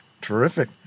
Terrific